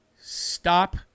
Stop